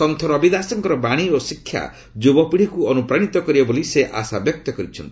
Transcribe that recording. ସନ୍ଥ ରବି ଦାସଙ୍କର ବାଣୀ ଓ ଶିକ୍ଷା ଯୁବ ପିଡ଼ୀଙ୍କୁ ଅନୁପ୍ରାଣିତ କରିବ ବୋଲି ସେ ଆଶାବ୍ୟକ୍ତ କରିଛନ୍ତି